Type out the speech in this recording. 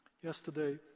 Yesterday